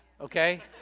okay